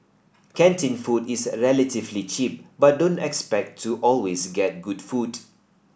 canteen food is relatively cheap but don't expect to always get good food